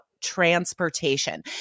transportation